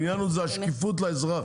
העניין הוא זה השקיפות לאזרח,